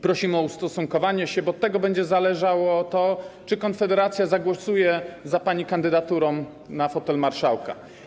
Prosimy o ustosunkowanie się do niego, bo od tego będzie zależało to, jak Konfederacja zagłosuje nad pani kandydaturą na fotel marszałka.